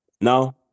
No